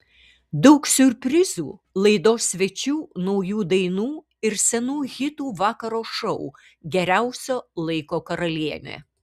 daug siurprizų laidos svečių naujų dainų ir senų hitų vakaro šou geriausio laiko karalienė